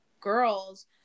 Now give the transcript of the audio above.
girls